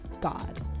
God